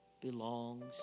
belongs